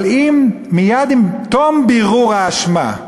אבל אם מייד עם תום בירור האשמה,